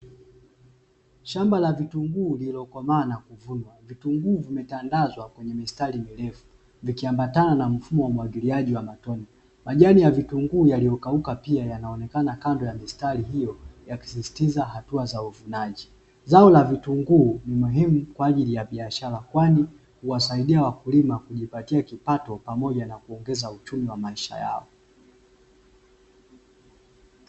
Shamba la vitunguu lililokomaa na kuvunwa, vitunguu vimetandazwa kwenye mistari mirefu vikiambatana na mfumo wa umwagiliaji wa matone. Majani ya vitunguu yaliyokauka pia yanaonekana kando ya mistari hiyo yakisisitiza hatua za uvunaji. Zao la vitunguu ni muhimu kwa ajili ya biashara, kwani huwasaidia wakulima kujipatia kipato pamoja na kuongeza uchumi wa maisha yao.